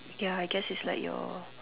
ya I guess it's like your